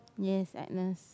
yes Agnes